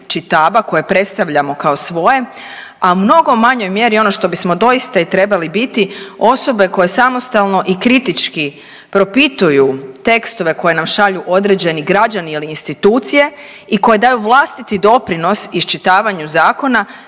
čitaba koje predstavljamo kao svoje, a mnogo u manjoj mjeri ono što bismo doista i trebali biti osobe koje samostalno i kritički propituju tekstove koje nam šalju određeni građani ili institucije i koje daju vlastiti doprinos iščitavanju zakona